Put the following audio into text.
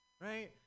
right